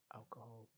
alcohol